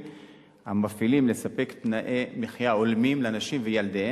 המפעילים לספק תנאי מחיה הולמים לנשים ולילדיהם,